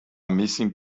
missing